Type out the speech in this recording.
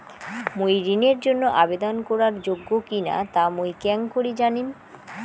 মুই ঋণের জন্য আবেদন করার যোগ্য কিনা তা মুই কেঙকরি জানিম?